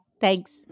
Thanks